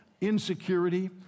insecurity